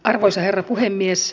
arvoisa herra puhemies